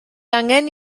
angen